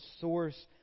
source